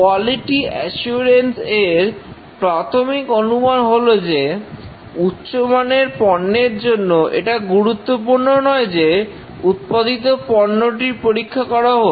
quality assurance এর প্রাথমিক অনুমান হলো যে উচ্চমানের পণ্যের জন্য এটা গুরুত্বপূর্ণ নয় যে উৎপাদিত পণ্যটির পরীক্ষা করা হোক